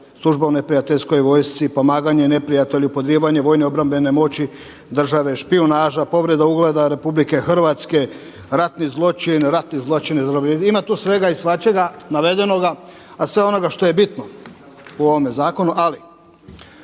služba u neprijateljskoj vojsci, pomaganje neprijatelju, podrivanje vojne obrambene moći države, špijunaža, povreda ugleda Republike Hrvatske, ratni zločin. Ima tu svega i svačega navedenoga, a sve ono što je bitno u ovome zakonu,